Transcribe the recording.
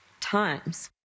times